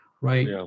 right